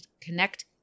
connect